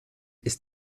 ist